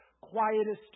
quietest